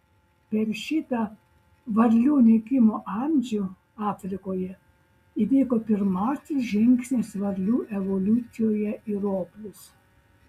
per šitą varlių nykimo amžių afrikoje įvyko pirmasis žingsnis varlių evoliucijoje į roplius